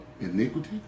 iniquity